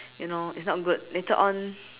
you know it's not good later on